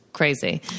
crazy